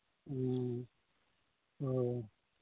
ꯎꯝ ꯑꯣ